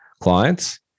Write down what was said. clients